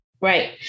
Right